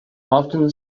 often